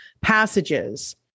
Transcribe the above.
passages